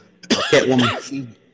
Catwoman